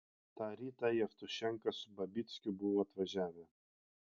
tą rytą jevtušenka su babickiu buvo atvažiavę